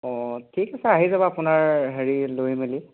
অঁ ঠিক আছে আহি যাব আপোনাৰ হেৰি লৈ মেলি